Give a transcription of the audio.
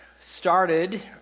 started